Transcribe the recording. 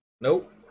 nope